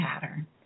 pattern